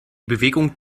bewegung